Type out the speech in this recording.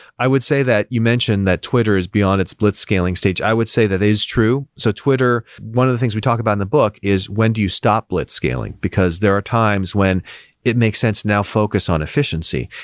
i would say that you mentioned that twitter is beyond its blitzscaling stage. i would say that that is true. so twitter one of the things we talked about in the book is when do you stop blitzscaling, because there are times when it makes sense now focus on efficiency.